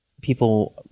People